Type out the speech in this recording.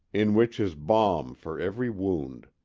in which is balm for every wound.